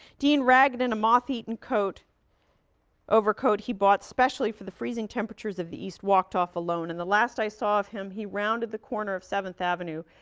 dean, ragged in a moth-eaten overcoat overcoat he bought specially for the freezing temperatures of the east, walked off alone and the last i saw of him he rounded the corner of seventh avenue,